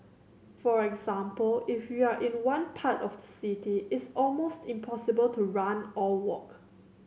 for example if you are in one part of the city it's almost impossible to run or walk